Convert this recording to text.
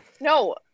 No